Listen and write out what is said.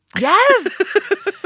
Yes